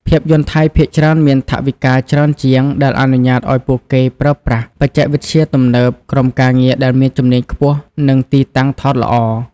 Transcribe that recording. ភាពយន្តថៃភាគច្រើនមានថវិកាច្រើនជាង ដែលអនុញ្ញាតឲ្យពួកគេប្រើប្រាស់ បច្ចេកវិទ្យាទំនើប ក្រុមការងារដែលមានជំនាញខ្ពស់ និងទីតាំងថតល្អ។